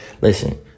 Listen